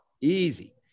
easy